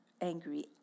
angry